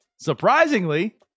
surprisingly